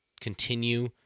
continue